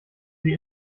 sie